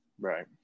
Right